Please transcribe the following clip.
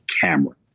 camera